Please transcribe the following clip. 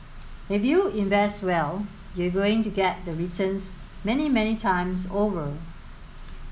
if you invest well you're going to get the returns many many times over